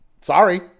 sorry